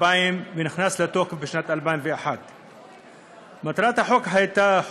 ונכנס לתוקף בשנת 2001. מטרת החוק הייתה,